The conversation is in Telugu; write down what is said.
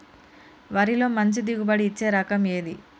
వరిలో మంచి దిగుబడి ఇచ్చే రకం ఏది?